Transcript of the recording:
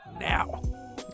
now